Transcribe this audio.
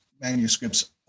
manuscripts